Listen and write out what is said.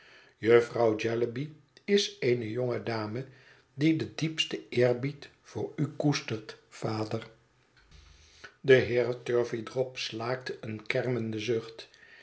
jufvrouw jellyby is eene jonge dame die den diepsten eerbied voor u koestert vader welgemanierd vaderlijk gevoel de heer turveydrop slaakte een kermenden zucht